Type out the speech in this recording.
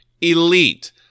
elite